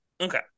Okay